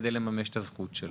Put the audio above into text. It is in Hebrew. כדי לממש את הזכות שלו.